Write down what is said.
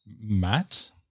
Matt